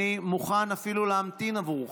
אני מוכן אפילו להמתין עבורך,